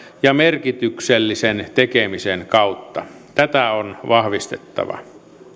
ja merkityksellisen tekemisen kautta tätä on vahvistettava